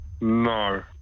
No